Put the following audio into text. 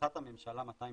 החלטת הממשלה 260